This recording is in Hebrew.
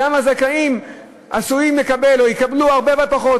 גם הזכאים עשויים לקבל או יקבלו הרבה פחות.